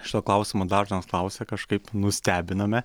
šito klausimu dažnas klausia kažkaip nustebiname